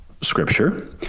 scripture